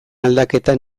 aldaketa